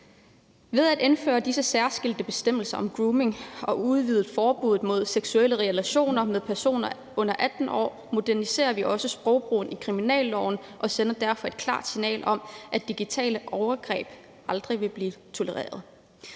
Ved at indføre disse særskilte bestemmelser om grooming og udvide forbuddet mod seksuelle relationer med personer under 18 år moderniserer vi også sprogbrugen i kriminalloven og sender derfor et klart signal om, at digitale overgreb aldrig vil blive tolereret.